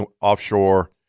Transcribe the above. offshore